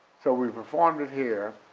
so we performed it here